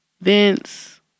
Vince